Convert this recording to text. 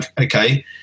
okay